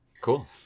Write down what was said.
Cool